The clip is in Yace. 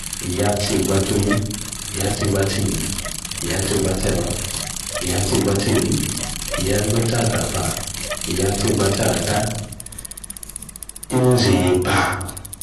Ishieatseguatsonyi ishie̱atsegu atsenyi ishieatseguatsero ishieatseguatseri ishieatseguatseguatsarata mzeepa.